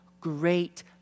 great